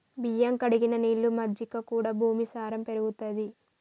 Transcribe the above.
బియ్యం కడిగిన నీళ్లు, మజ్జిగ కూడా భూమి సారం పెరుగుతది